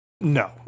No